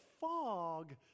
fog